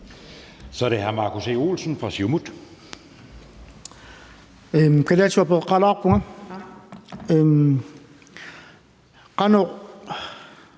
Så er det hr. Markus E. Olsen fra Siumut.